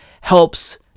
helps